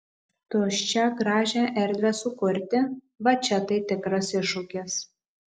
tuščią gražią erdvę sukurti va čia tai tikras iššūkis